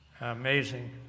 amazing